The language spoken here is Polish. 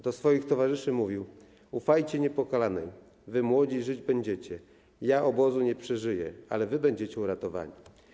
Do swoich towarzyszy mówił: ufajcie Niepokalanej, wy, młodzi, żyć będziecie, ja obozu nie przeżyję, ale wy będziecie uratowani.